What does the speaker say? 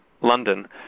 London